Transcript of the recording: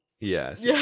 Yes